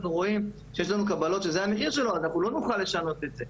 רואים קבלות שזה המחיר שלו - אנחנו לא נוכל לשנות את זה.